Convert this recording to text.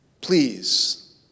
Please